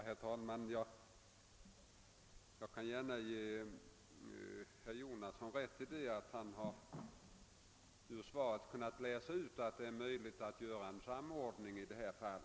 Herr talman! Jag skall gärna ge herr Jonasson rätt i att han ur svaret har kunnat läsa ut, att det är möjligt att göra en samordning i detta fall.